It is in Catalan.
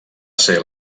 ser